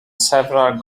several